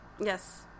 yes